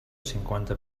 cinquanta